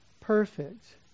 perfect